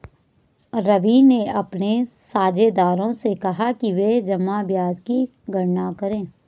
रवि ने अपने साझेदारों से कहा कि वे जमा ब्याज की गणना करें